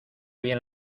bien